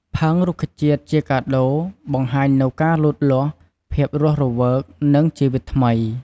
ផើងរុក្ខជាតិជាកាដូ បង្ហាញនូវការលូតលាស់ ភាពរស់រវើក និង ជីវិតថ្មី។